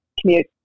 commute